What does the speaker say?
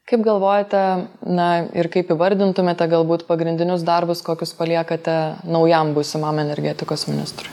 kaip galvojate na ir kaip įvardintumėte galbūt pagrindinius darbus kokius paliekate naujam būsimam energetikos ministrui